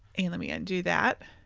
and let me undo that.